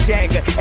Jagger